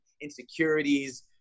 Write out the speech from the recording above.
insecurities